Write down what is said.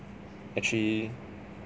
actually